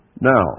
Now